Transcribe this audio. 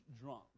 drunk